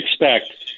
expect